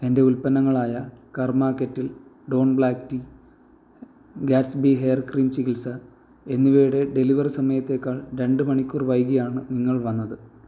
എന്റെ ഉൽപ്പന്നങ്ങളായ Karma Kettle Don black tea Gatsby hair cream ചികിത്സ എന്നിവയുടെ ഡെലിവറി സമയത്തേക്കാൾ രണ്ട് മണിക്കൂർ വൈകിയാണ് നിങ്ങൾ വന്നത്